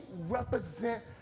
represent